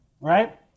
right